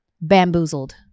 bamboozled